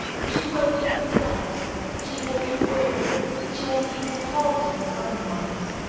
she will be perplexed she will be weary she will be disheartened, sometimes.